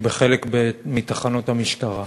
בחלק מתחנות המשטרה.